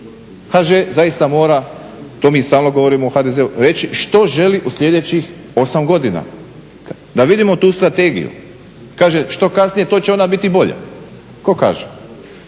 HŽ zaista mora, to mi stalno govorimo u HDZ-u, reći što želi u sljedećih 8 godina. Da vidimo tu strategiju. Kaže što kasnije to će ona biti bolja. Tko kaže?